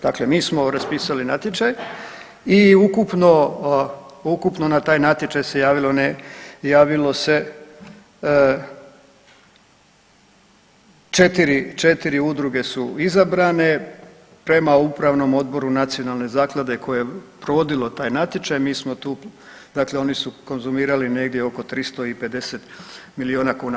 Dakle, mi smo raspisali natječaj i ukupno na taj natječaj se javilo 4 udruge su izabrane prema Upravnom odboru Nacionalne zaklade koje je provodilo taj natječaj mi smo tu, dakle oni su konzumirali negdje oko 350 milijuna kuna.